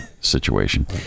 situation